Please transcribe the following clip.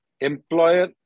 Employer